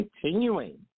continuing